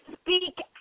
speak